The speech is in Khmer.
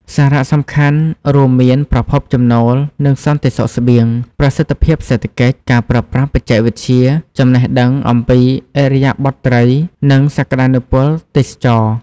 សារៈសំខាន់រូមមានប្រភពចំណូល និងសន្តិសុខស្បៀង ប្រសិទ្ធភាពសេដ្ឋកិច្ច ការប្រើប្រាស់បច្ចេកវិទ្យា ចំណេះដឹងអំពីឥរិយាបថត្រី និងសក្តានុពលទេសចរណ៍។